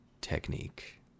technique